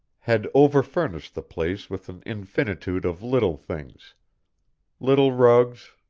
had over-furnished the place with an infinitude of little things little rugs,